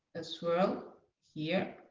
a swirl here,